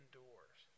doors